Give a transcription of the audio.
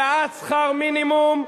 העלאת שכר מינימום,